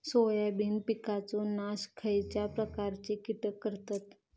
Soybean पिकांचो नाश खयच्या प्रकारचे कीटक करतत?